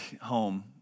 home